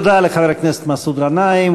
תודה לחבר הכנסת מסעוד גנאים.